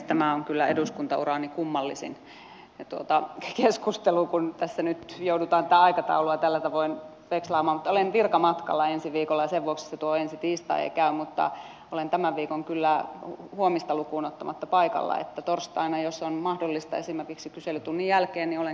tämä on kyllä eduskuntaurani kummallisin keskustelu kun tässä nyt joudutaan tätä aikataulua tällä tavoin vekslaamaan mutta olen virkamatkalla ensi viikolla ja sen vuoksi tuo ensi tiistai ei käy mutta olen tämän viikon kyllä huomista lukuun ottamatta paikalla että torstaina jos on mahdollista esimerkiksi kyselytunnin jälkeen niin olen käytettävissä